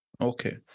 Okay